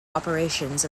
operations